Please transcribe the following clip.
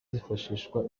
zifashishwa